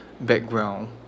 background